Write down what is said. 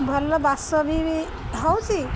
ଭଲ ବାସ ବି ବି ହଉଛି